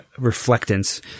reflectance